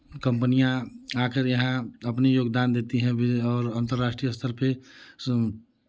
कम्पनियाँ आकर यहाँ अपनी योगदान देती है बि और अंतर्राष्ट्रीय स्तर पे